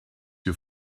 you